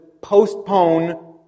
postpone